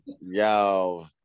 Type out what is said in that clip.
yo